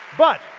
but